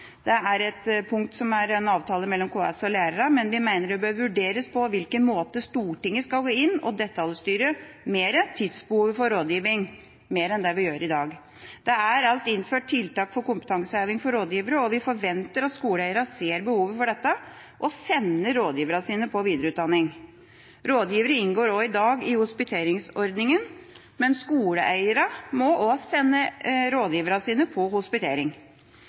er hovedproblemet nå. Det er et punkt i avtalen mellom KS og lærerne. Men vi mener det bør vurderes på hvilken måte Stortinget skal gå inn og detaljstyre behovet for tid til rådgivning mer enn det vi gjør i dag. Det er allerede innført tiltak for kompetanseheving for rådgivere, og vi forventer at skoleeierne ser behovet for dette og sender rådgiverne sine på videreutdanning. Rådgivere inngår også i dag i hospiteringsordninga, men skoleeierne må også sende rådgiverne sine på hospitering.